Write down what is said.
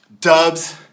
Dubs